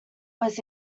was